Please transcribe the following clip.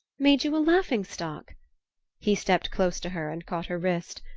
made you a laughing-stock he stepped close to her and caught her wrist.